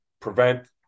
prevent